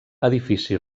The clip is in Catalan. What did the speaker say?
edifici